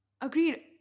Agreed